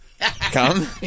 Come